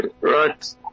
Right